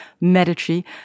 Medici